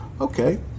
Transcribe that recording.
Okay